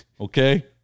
okay